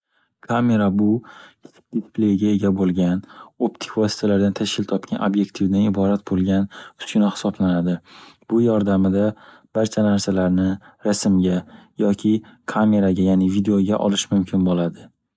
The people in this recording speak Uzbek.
Kamera, bu kichik displeyga ega bo'lgan, optik vositalardan tashkil topgan obyektivdan iborat bo'lgan uskuna hisoblanadi, bu yordamida barcha narsalarni rasmga, yoki kameraga, ya'ni videoga olish mumkin bo'ladi.